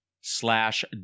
slash